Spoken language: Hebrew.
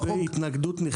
אנחנו הבענו התנגדות נחרצת.